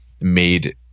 made